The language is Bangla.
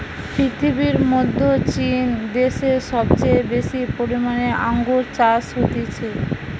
পৃথিবীর মধ্যে চীন দ্যাশে সবচেয়ে বেশি পরিমানে আঙ্গুর চাষ হতিছে